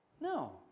No